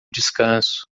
descanso